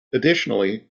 additionally